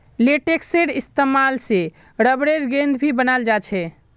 लेटेक्सेर इस्तेमाल से रबरेर गेंद भी बनाल जा छे